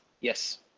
yes